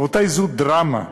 רבותי, זו דרמה.